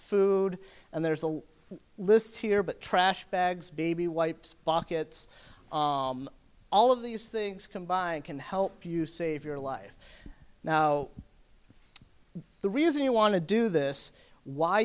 food and there's a list here but trash bags baby wipes pockets all of these things combined can help you save your life now the reason you want to do this why